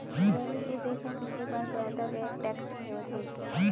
मैं भी जिस देश में पिछली बार गया था वह एक टैक्स हेवन देश था